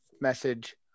message